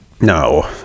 No